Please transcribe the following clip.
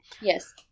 Yes